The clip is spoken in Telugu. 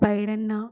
పైడన్న